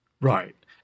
Right